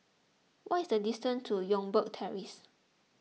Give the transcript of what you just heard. what is the distance to Youngberg Terrace